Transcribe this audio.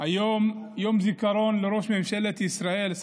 היום יום הזיכרון לראש ממשלת ישראל,